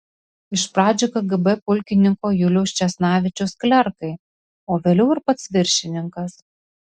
iš pradžių kgb pulkininko juliaus česnavičiaus klerkai o vėliau ir pats viršininkas